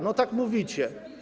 No tak mówicie.